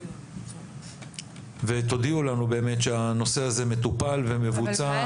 ותודיעו לנו כשהנושא הזה מטופל ומבוצע.